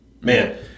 Man